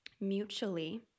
mutually